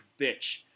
bitch